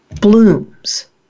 blooms